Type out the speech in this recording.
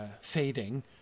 fading